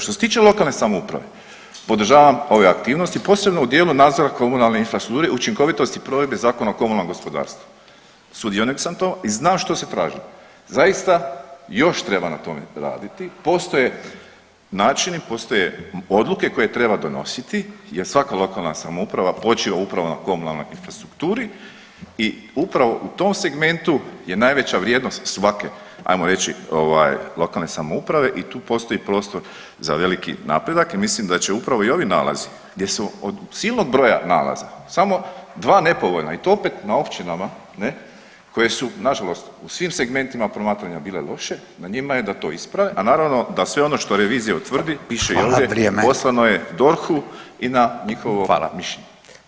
Što se tiče lokalne samouprave, podržavam ove aktivnosti posebno u dijelu nadzora komunalne infrastrukture i učinkovitosti provedbe Zakona o komunalnom gospodarstvu, sudionik sam to i znam što se traži, zaista još treba na tome raditi, postoje načini, postoje odluke koje treba donositi jer svaka lokalna samouprava počiva upravo na komunalnoj infrastrukturi i upravo u tom segmentu je najveća vrijednost svake ajmo reći ovaj lokalne samouprave i tu postoji prostor za veliki napredak i mislim da će upravo i ovi nalazi gdje su od silnog broja nalaza samo dva nepovoljna i to opet na općinama ne koje su nažalost u svim segmentima promatranja bile loše, na njima je da to isprave, a naravno da sve ono što revizija utvrdi piše i ovdje poslano je DORH-u i na njihovo mišljenje.